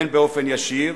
בין באופן ישיר